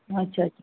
अच्छा